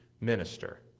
minister